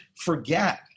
forget